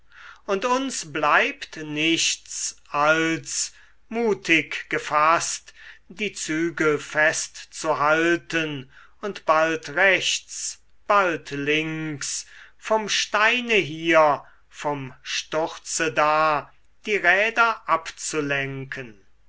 und uns bleibt nichts als mutig gefaßt die zügel festzuhalten und bald rechts bald links vom steine hier vom sturze da die räder abzulenken